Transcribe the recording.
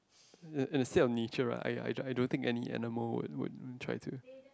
in the seek of nature lah I I I don't think any anonymous will will will try to